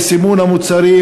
בסימון המוצרים,